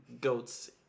goats